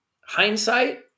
hindsight